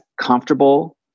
comfortable